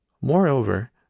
Moreover